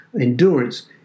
endurance